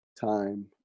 time